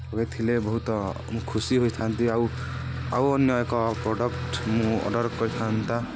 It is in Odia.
ହୋଇଥିଲେ ବହୁତ ମୁଁ ଖୁସି ହୋଇଥାନ୍ତି ଆଉ ଆଉ ଅନ୍ୟ ଏକ ପ୍ରଡ଼କ୍ଟ୍ ମୁଁ ଅର୍ଡ଼ର୍ କରିଥାନ୍ତି